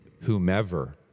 whomever